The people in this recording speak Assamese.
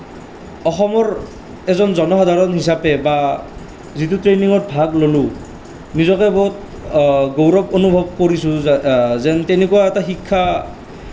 অসমৰ এজন জনসাধাৰণ হিচাপে বা যিটো ট্ৰেনিঙত ভাগ ল'লোঁ নিজকে বহুত গৌৰৱ অনুভৱ কৰিছোঁ যে যেন তেনেকুৱা এটা শিক্ষা